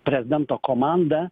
prezidento komanda